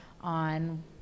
on